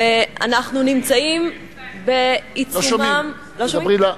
ואנחנו נמצאים בעיצומם, לא שומעים.